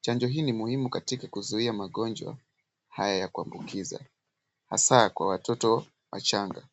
.Chanjo hii ni muhimu katika kuzuia magonjwa haya ya kuambukiza hasa kwa watoto wachanga.